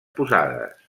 posades